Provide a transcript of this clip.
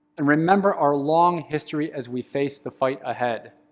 and remember our long history as we face the fight ahead.